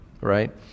right